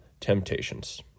temptations